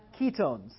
Ketones